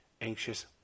anxious